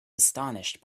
astonished